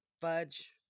Fudge